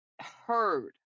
heard